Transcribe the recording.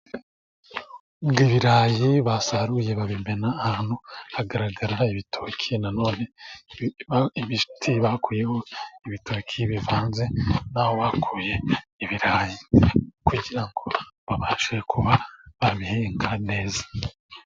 Ibirayi basaruye babimena ahantu hagaragarira ibitoki, na none ibiti bakuyeho ibitoki bivanze n'aho bakuye ibirayi kugira ngo babashe kuba banahinga neza.